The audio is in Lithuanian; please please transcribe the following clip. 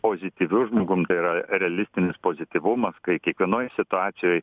pozityviu žmogum tai yra realistinis pozityvumas kai kiekvienoj situacijoj